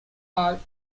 are